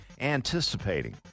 Anticipating